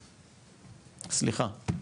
סליחה.